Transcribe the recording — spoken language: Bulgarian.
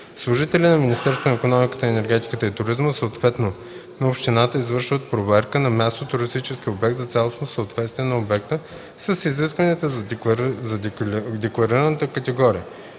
Служители на Министерството на икономиката, енергетиката и туризма, съответно на общината, извършват проверка на място в туристическия обект за цялостно съответствие на обекта с изискванията за декларираната категория.